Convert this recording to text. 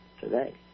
today